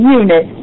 unit